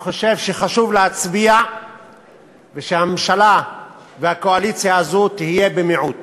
אני חושב שחשוב להצביע ושהממשלה והקואליציה הזו יהיו במיעוט.